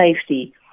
safety